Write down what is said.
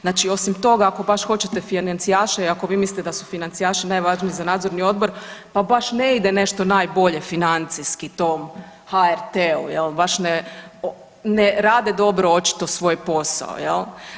Znači osim toga ako baš hoćete financijaše i ako vi mislite da su financijaši najvažniji za nadzorni odbor pa baš ne ide nešto najbolje financijski tom HRT-u jel, baš ne rade dobro svoj posao jel.